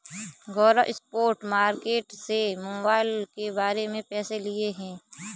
गौरव spot market से mobile के बदले पैसे लिए हैं